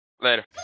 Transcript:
later